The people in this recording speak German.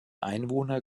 einwohner